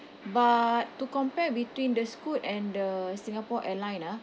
but to compare between the scoot and the singapore airline ah